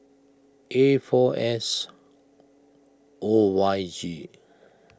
A four S O Y G